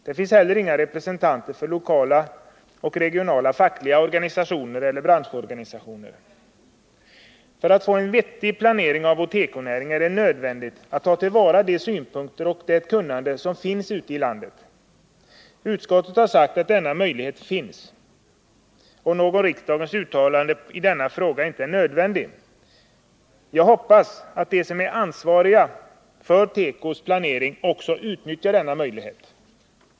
Där finns heller inga representanter för lokala och regionala fackliga organisationer och branschorganisationer. För att få en vettig planering av vår tekonäring är det nödvändigt att ta till vara de synpunkter och det kunnande som finns ute i landet. Utskottet har sagt att denna möjlighet finns och att något riksdagens uttalande i denna fråga inte är nödvändigt. Jag hoppas att de som är ansvariga för tekos planering också utnyttjar denna möjlighet.